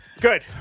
Good